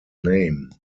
name